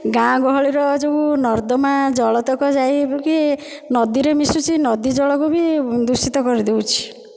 ଗାଁ ଗହଳିର ଯେଉଁ ନର୍ଦ୍ଦମା ଜଳତକ ଯାଇକି ନଦୀରେ ମିଶୁଛି ନଦୀ ଜଳକୁ ବି ଦୂଷିତ କରିଦେଉଛି